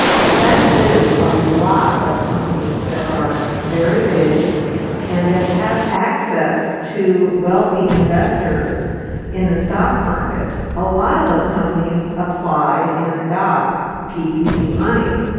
the fact is a lot of companies that are very big and that have access to wealthy investors in the stock market, a lot of those companies applied and got ppp money.